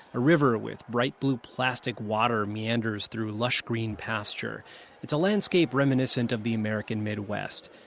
a river with bright blue plastic water meanders through lush green pasture it's a landscape reminiscent of the american midwest.